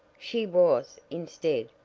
she was, instead,